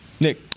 Nick